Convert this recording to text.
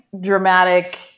dramatic